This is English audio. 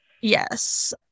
Yes